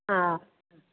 ആ